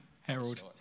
Harold